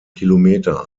kilometer